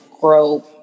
grow